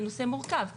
זה נושא מורכב.